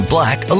Black